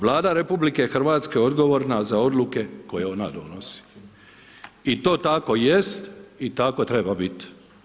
Vlada RH je odgovorna za odluke koje ona donosi i to tako jest i tako treba bit.